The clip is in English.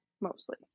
mostly